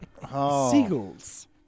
Seagulls